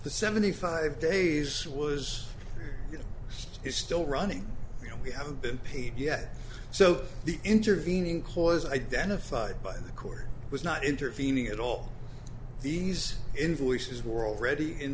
the seventy five days was it is still running you know we have been paid yet so the intervening cause identified by the court was not intervening at all these in